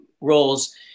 roles